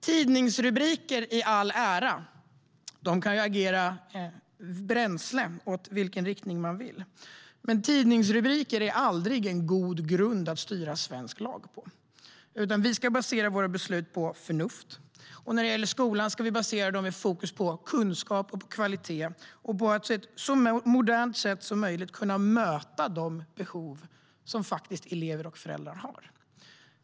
Tidningsrubriker i alla ära - de kan agera bränsle åt vilken riktning man vill. Men tidningsrubriker är aldrig en god grund att styra svensk lag på, utan vi ska basera våra beslut på förnuft. När det gäller skolan ska vi basera dem på fokus på kunskap och kvalitet och på att möta de behov som elever och föräldrar har på ett så modernt sätt som möjligt.